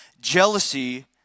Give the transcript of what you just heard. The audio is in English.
jealousy